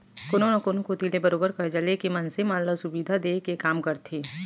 कोनो न कोती ले बरोबर करजा लेके मनसे मन ल सुबिधा देय के काम करथे